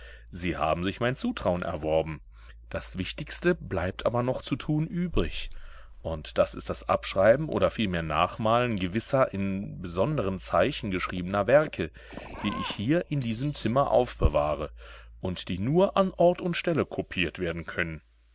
sie haben sich mein zutrauen erworben das wichtigste bleibt aber noch zu tun übrig und das ist das abschreiben oder vielmehr nachmalen gewisser in besonderen zeichen geschriebener werke die ich hier in diesem zimmer aufbewahre und die nur an ort und stelle kopiert werden können